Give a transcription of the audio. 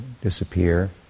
disappear